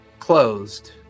closed